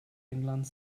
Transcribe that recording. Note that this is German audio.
englands